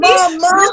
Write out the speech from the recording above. Mama